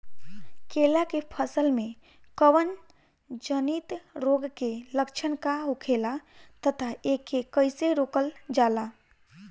केला के फसल में कवक जनित रोग के लक्षण का होखेला तथा एके कइसे रोकल जाला?